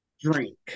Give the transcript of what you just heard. drink